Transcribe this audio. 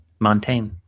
Montaigne